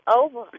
over